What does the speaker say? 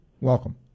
welcome